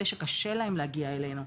אלה שקשה להם להגיע אלינו.